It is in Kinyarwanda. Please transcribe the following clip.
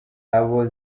abo